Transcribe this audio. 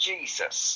Jesus